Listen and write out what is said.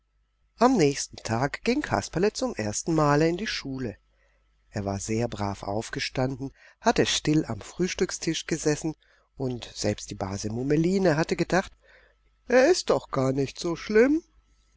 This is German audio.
am nächsten tag ging kasperle zum ersten male in die schule er war sehr brav aufgestanden hatte still am frühstückstisch gesessen und selbst die base mummeline hatte gedacht er ist doch gar nicht so schlimm